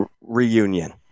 reunion